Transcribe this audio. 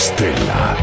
Stella